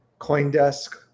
Coindesk